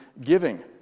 giving